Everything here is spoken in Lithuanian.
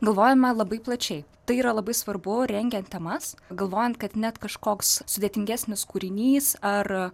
galvojame labai plačiai tai yra labai svarbu rengiant temas galvojant kad net kažkoks sudėtingesnis kūrinys ar